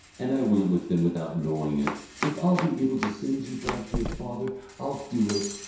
and i went with them without knowing it. if i'll be able to send you back to your father i'll do it,